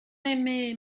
aimée